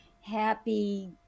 happy